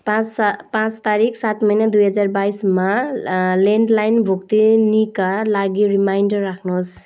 पाँच सा पाँच तारिक सात महिना दुई हजार बाइसमा ल्यान्डलाइन भुक्तानीका लागि रिमाइन्डर राख्नुहोस्